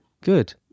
Good